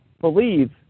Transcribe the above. believe